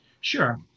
Sure